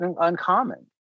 uncommon